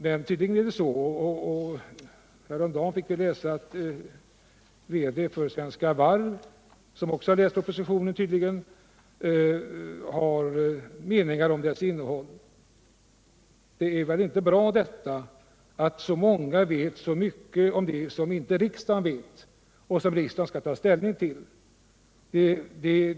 Härom dagen kunde vi läsa att verkställande direktören för Svenska Varv, som tydligen också har läst propositionen, har meningar om dess innehåll. Det är väl inte bra att så många vet så mycket om det som riksdagen inte vet någonting om men som den skall ta ställning till.